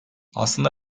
aslında